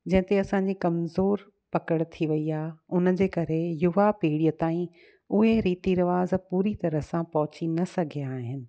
जंहिं ते असांजी कमज़ोर पकड़ थी वई आहे उन जे करे युवा पीढ़ीअ ताईं उए रीति रिवाज़ पूरी तरह सां पहुची न सघिया आहिनि